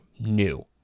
new